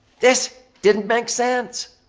this didn't make sense.